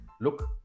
look